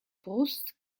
brust